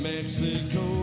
Mexico